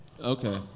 Okay